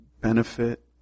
benefit